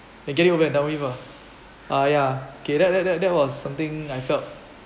then get it over at down with ah ah ya okay that that that that was something I felt